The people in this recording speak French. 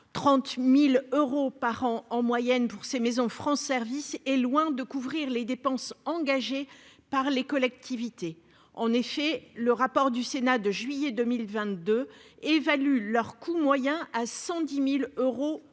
30000 euros par an en moyenne pour ces maisons France service est loin de couvrir les dépenses engagées par les collectivités, en effet, le rapport du Sénat de juillet 2022 évalue leur coût moyen à 110000 euros par an